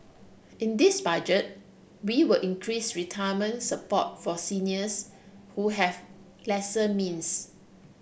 in this Budget we will increase retirement support for seniors who have lesser means